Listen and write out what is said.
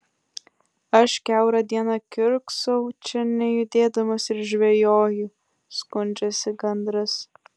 aš kiaurą dieną kiurksau čia nejudėdamas ir žvejoju skundžiasi gandras